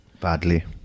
Badly